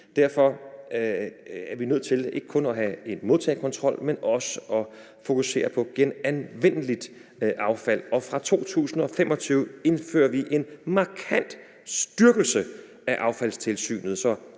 Derfor er vi nødt til ikke kun at have en modtagekontrol, men også fokusere på genanvendeligt affald. Fra 2025 indfører vi en markant styrkelse af affaldstilsynet,